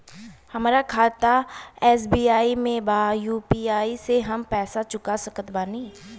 हमारा खाता एस.बी.आई में बा यू.पी.आई से हम पैसा चुका सकत बानी?